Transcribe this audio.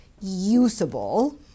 usable